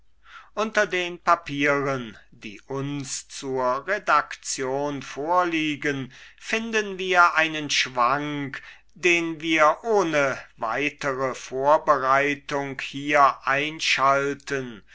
unter den papieren die uns zur redaktion vorliegen finden wir einen schwank den wir ohne weitere vorbereitung hier einschalten